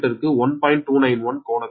291 கோணத்தில் 19